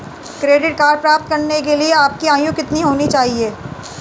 Credit card प्राप्त करने के लिए आपकी आयु कितनी होनी चाहिए?